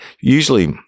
usually